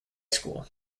school